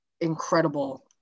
incredible